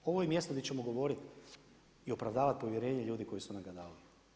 Ovo je mjesto gdje ćemo govoriti i opravdavati povjerenje ljudi koji su nam dali.